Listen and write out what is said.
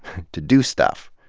to do stuff.